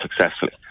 successfully